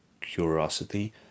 curiosity